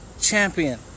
champion